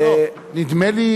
נדמה לי